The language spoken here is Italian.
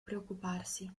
preoccuparsi